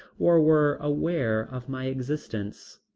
or were aware of my existence.